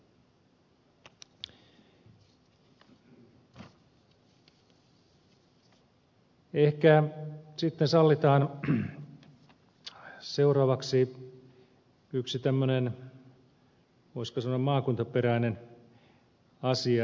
ehkä sitten sallitaan seuraavaksi yksi tämmöinen voisiko sanoa maakuntaperäinen asia